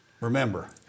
remember